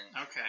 okay